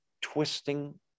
twisting